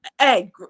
Hey